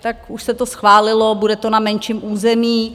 Tak už se to schválilo, bude to na menším území.